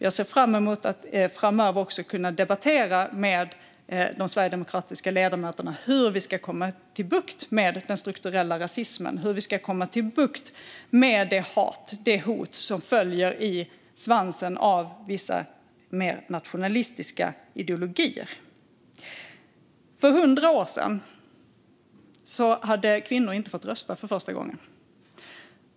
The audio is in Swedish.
Jag ser fram emot att framöver också kunna debattera med de sverigedemokratiska ledamöterna om hur vi ska få bukt med den strukturella rasismen och det hat och de hot som följer i svansen av vissa mer nationalistiska ideologier. För 100 år sedan hade kvinnor inte fått rösta för första gången.